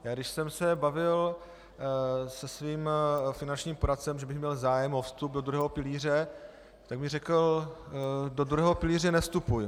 Když jsem se bavil se svým finančním poradcem, že bych měl zájem o vstup do druhého pilíře, tak mi řekl: Do druhého pilíře nevstupuj.